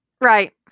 Right